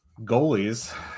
Goalies